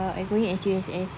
ya I going S_U_S_S